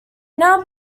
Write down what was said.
now